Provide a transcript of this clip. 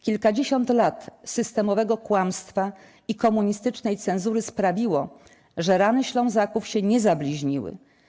Kilkadziesiąt lat systemowego kłamstwa i komunistycznej cenzury sprawiło, że rany Ślązaków się nie zabliźniły.